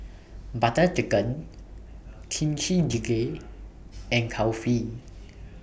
Butter Chicken Kimchi Jjigae and Kulfi